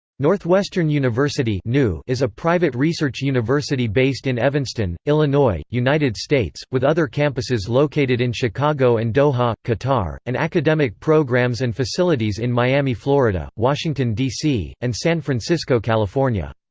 northwestern university is a private research university based in evanston, illinois, united states, with other campuses located in chicago and doha, qatar, and academic programs and facilities in miami, florida washington, d c. and san francisco, california.